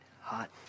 hot